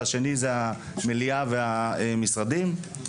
והשני הוא המליאה והמשרדים.